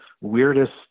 weirdest